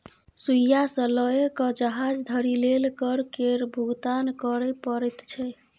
सुइया सँ लए कए जहाज धरि लेल कर केर भुगतान करय परैत छै